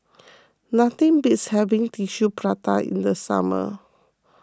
nothing beats having Tissue Prata in the summer